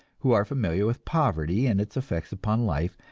who are familiar with poverty and its effects upon life,